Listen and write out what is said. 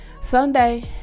Sunday